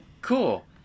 Cool